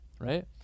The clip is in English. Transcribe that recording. right